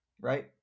right